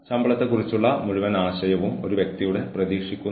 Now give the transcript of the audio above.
കൂടാതെ തുരുമ്പെടുത്ത കാര്യങ്ങളിൽ അവർ വീണ്ടും പരിശീലിപ്പിക്കപ്പെടുന്നു